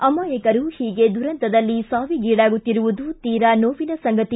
ಅಮಾಯಕರು ಹೀಗೆ ದುರಂತದಲ್ಲಿ ಸಾವಿಗಿಡಾಗುತ್ತಿರುವುದು ತೀರಾ ನೋವಿನ ಸಂಗತಿ